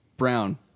Brown